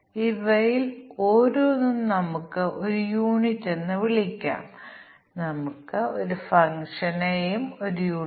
അതിനാൽ ഈ 1 test case തന്നെ നിരവധി ജോഡി തിരിച്ചുള്ള മൂല്യങ്ങൾ 1 0 ഇവിടെ 0 1 1 0 തുടങ്ങിയവ